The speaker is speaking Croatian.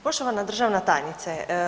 Poštovana državna tajnice.